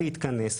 להתכנס,